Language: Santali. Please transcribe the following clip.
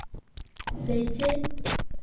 ᱥᱮᱪᱮᱫ